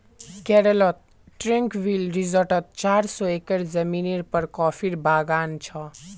केरलत ट्रैंक्विल रिज़ॉर्टत चार सौ एकड़ ज़मीनेर पर कॉफीर बागान छ